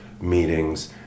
meetings